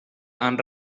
han